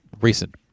recent